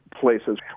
places